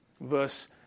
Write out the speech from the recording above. Verse